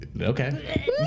Okay